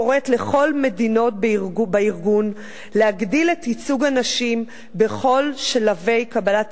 הקוראת לכל מדינות בארגון להגדיל את ייצוג הנשים בכל שלבי קבלת